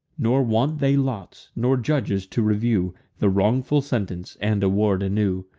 nor want they lots, nor judges to review the wrongful sentence, and award a new.